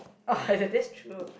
that's true